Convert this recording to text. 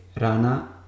Rana